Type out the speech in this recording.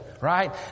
right